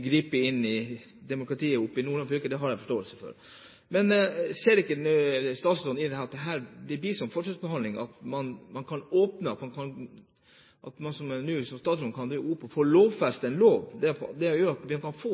gripe inn i demokratiet i Nordland fylke, har jeg forståelse for. Men ser ikke statsråden at det blir en forskjellsbehandling slik som det er nå? Kan statsråden være åpen for å lovfeste